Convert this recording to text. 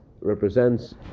represents